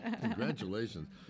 Congratulations